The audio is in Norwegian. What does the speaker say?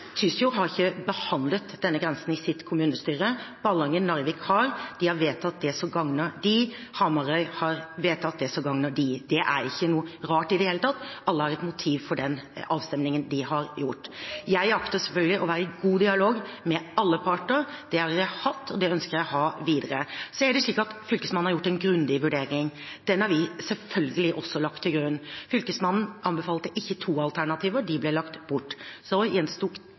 Tysfjord har ikke behandlet denne grensen i sitt kommunestyre. Ballangen og Narvik har gjort det, de har vedtatt det som gagner dem. Hamarøy har vedtatt det som gagner dem. Det er ikke noe rart i det hele tatt – alle har et motiv for den avstemningen de har gjort. Jeg akter selvfølgelig å være i god dialog med alle parter. Det har jeg hatt, og det ønsker jeg å ha videre. Så er det slik at Fylkesmannen har gjort en grundig vurdering. Den har vi selvfølgelig også lagt til grunn. Fylkesmannen anbefalte ikke to alternativer, de ble lagt bort. Så gjensto